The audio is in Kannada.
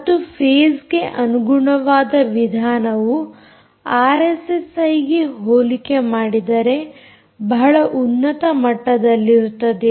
ಮತ್ತು ಫೇಸ್ಗೆ ಅನುಗುಣವಾದ ವಿಧಾನವು ಆರ್ಎಸ್ಎಸ್ಐ ಗೆ ಹೋಲಿಕೆ ಮಾಡಿದರೆ ಬಹಳ ಉನ್ನತ ಮಟ್ಟದಲ್ಲಿರುತ್ತದೆ